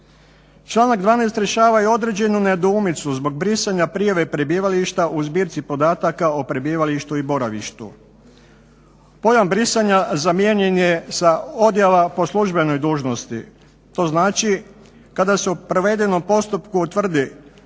Članak 12. rješava i određenu nedoumicu zbog brisanja prijave prebivališta u zbirci podataka o prebivalištu i boravištu. Pojam brisanja zamijenjen je sa odjava po službenoj dužnosti to znači kada se u provedenom postupku utvrdi